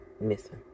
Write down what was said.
missing